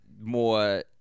more